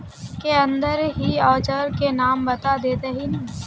के अंदर ही औजार के नाम बता देतहिन?